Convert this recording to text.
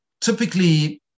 typically